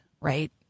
right